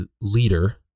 leader